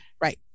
Right